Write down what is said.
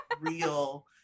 real